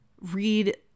read